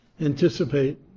anticipate